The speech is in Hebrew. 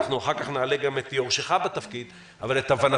כי אחר כך אנחנו נעלה גם את יורשך בתפקיד - האם